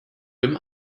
rim